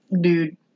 dude